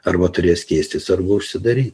arba turės keistis arba užsidary